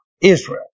Israel